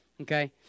okay